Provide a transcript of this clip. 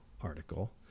article